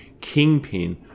kingpin